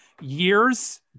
years